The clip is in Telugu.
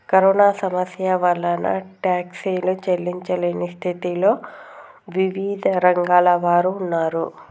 కరోనా సమస్య వలన టాక్సీలు చెల్లించలేని స్థితిలో వివిధ రంగాల వారు ఉన్నారు